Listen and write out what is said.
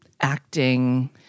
acting